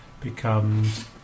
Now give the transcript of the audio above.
becomes